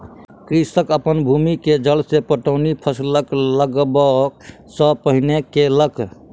कृषक अपन भूमि के जल सॅ पटौनी फसिल लगबअ सॅ पहिने केलक